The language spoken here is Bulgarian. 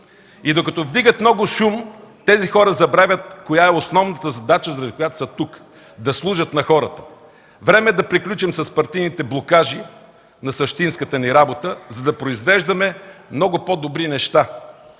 И докато вдигат много шум тези хора забравят коя е основната задача, заради която са тук – да служат на хората. Време е да приключим с партийните блокажи на същинската ни работа, за да произвеждаме много по-добри неща.